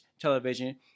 television